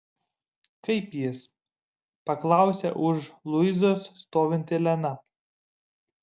kaip jis paklausė už luizos stovinti elena